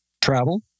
travel